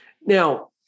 Now